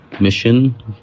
mission